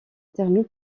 termine